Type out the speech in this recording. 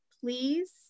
please